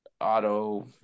auto